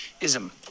Ism